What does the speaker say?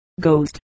Ghost